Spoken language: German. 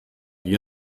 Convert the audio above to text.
wie